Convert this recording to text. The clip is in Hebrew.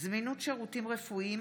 זמינות שירותים רפואיים),